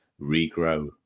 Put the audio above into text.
regrow